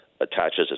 attaches